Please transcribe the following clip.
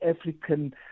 african